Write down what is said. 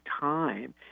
time